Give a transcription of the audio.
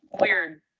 weird –